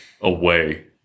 away